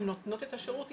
הן נותנות את השירות,